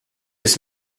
ist